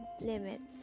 Limits